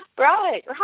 Right